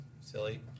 silly